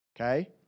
okay